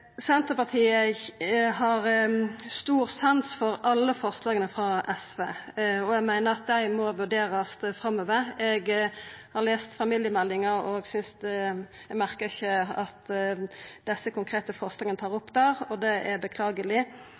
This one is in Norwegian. Senterpartiet har stor sans for alle forslaga frå SV, og eg meiner at dei må vurderast framover. Eg har lese familiemeldinga, og eg merka meg at desse konkrete forslaga ikkje er tatt opp der, og det er beklageleg.